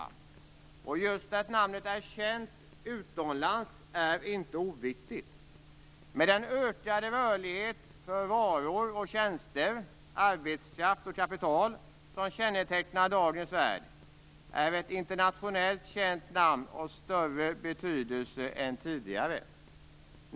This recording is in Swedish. Det är inte oviktigt att namnet är känt utomlands. Med den ökade rörlighet för varor och tjänster, arbetskraft och kapital som kännetecknar dagens värld är ett internationellt känt namn av större betydelse än tidigare.